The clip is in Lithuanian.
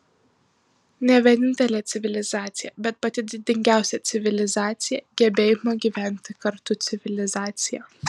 ne vienintelė civilizacija bet pati didingiausia civilizacija gebėjimo gyventi kartu civilizacija